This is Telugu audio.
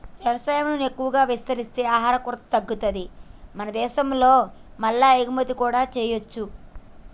వ్యవసాయం ను ఎక్కువ విస్తరిస్తే ఆహార కొరత తగ్గుతది మన దేశం లో మల్ల ఎగుమతి కూడా చేయొచ్చు